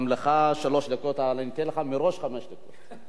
גם לך שלוש דקות, אבל אני נותן לך מראש חמש דקות.